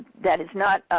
that is not